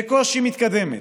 בקושי מתקדמת,